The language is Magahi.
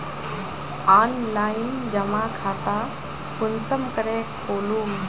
ऑनलाइन जमा खाता कुंसम करे खोलूम?